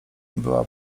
była